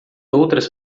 outras